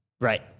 Right